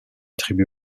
tribu